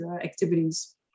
activities